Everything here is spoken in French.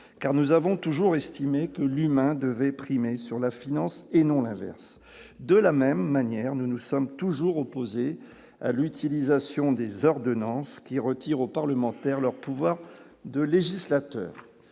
car nous avons toujours estimé que l'humain devait primer sur la finance et non l'inverse de la même manière, nous nous sommes toujours opposés à l'utilisation des ordonnances qui retire aux parlementaires leur pouvoir de législateur